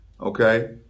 Okay